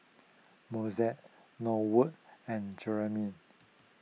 Mozell Norwood and Jeremiah